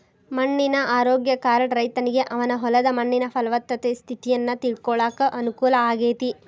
ಮಣ್ಣಿನ ಆರೋಗ್ಯ ಕಾರ್ಡ್ ರೈತನಿಗೆ ಅವನ ಹೊಲದ ಮಣ್ಣಿನ ಪಲವತ್ತತೆ ಸ್ಥಿತಿಯನ್ನ ತಿಳ್ಕೋಳಾಕ ಅನುಕೂಲ ಆಗೇತಿ